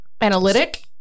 analytic